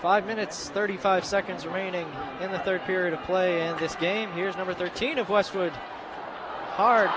five minutes thirty five seconds remaining in the third period of play in this game here's number thirteen of westwood hard